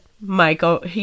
Michael